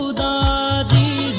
da da